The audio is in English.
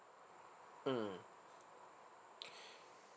mm